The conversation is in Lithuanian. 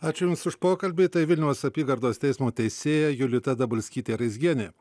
ačiū jums už pokalbį tai vilniaus apygardos teismo teisėja julita dabulskytė raizgienė